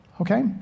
Okay